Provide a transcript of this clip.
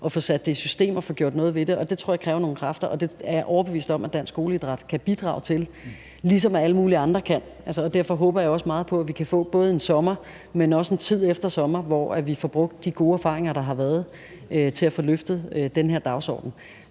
og få det sat i system og få gjort noget ved det. Det tror jeg kræver nogle kræfter, og det er jeg overbevist om at Dansk Skoleidræt kan bidrage til, ligesom alle mulige andre kan. Derfor håber jeg også meget på, at vi både i sommer, men også i tiden efter sommer, får brugt de gode erfaringer, der har været, til at få løftet den her dagsorden.